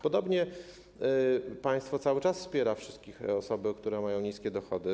Podobnie państwo cały czas wspiera wszystkie osoby, które mają niskie dochody.